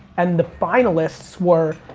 and the finalists were,